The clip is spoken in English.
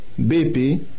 BP